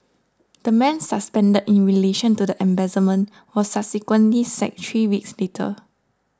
the man suspended in relation to the embezzlement was subsequently sacked three weeks later